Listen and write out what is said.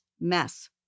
mess